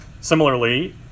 Similarly